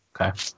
Okay